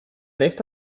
left